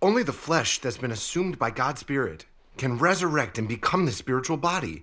only the flesh has been assumed by god spirit can resurrect and become the spiritual body